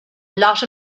lot